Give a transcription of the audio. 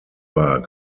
war